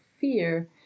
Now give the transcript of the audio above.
fear